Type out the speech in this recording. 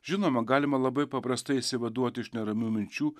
žinoma galima labai paprastai išsivaduot iš neramių minčių